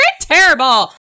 terrible